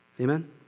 Amen